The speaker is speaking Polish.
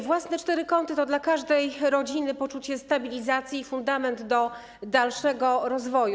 Własne cztery kąty to dla każdej rodziny poczucie stabilizacji i fundament dalszego rozwoju.